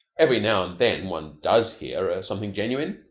every now and then one does hear something genuine,